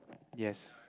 yes